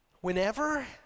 whenever